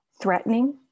threatening